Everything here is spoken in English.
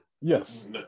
Yes